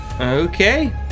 Okay